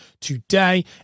today